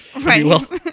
Right